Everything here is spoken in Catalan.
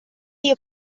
dia